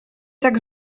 tak